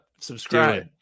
Subscribe